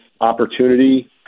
opportunity